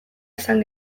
esan